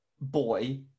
boy